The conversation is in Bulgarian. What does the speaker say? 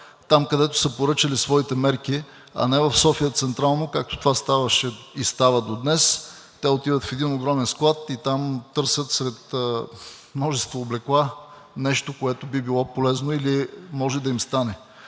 там, където са поръчали своите мерки, а не в София централно, както това ставаше и става до днес. Отиват в един огромен склад и там търсят сред множество облекла нещо, което би било полезно или може да им стане.